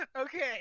Okay